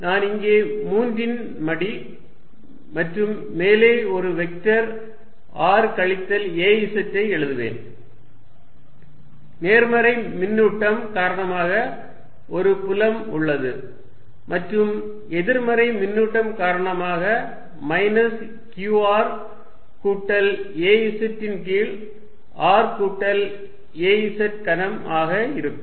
நான் இங்கே மூன்றின் மடி மற்றும் மேலே ஒரு வெக்டர் r கழித்தல் az ஐ எழுதுவேன் நேர்மறை மின்னூட்டம் காரணமாக ஒரு புலம் உள்ளது மற்றும் எதிர்மறை மின்னூட்டம் காரணமாக மைனஸ் q r கூட்டல் a z ன் கீழ் r கூட்டல் az கனம் ஆக இருக்கும்